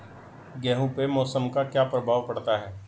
गेहूँ पे मौसम का क्या प्रभाव पड़ता है?